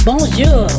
Bonjour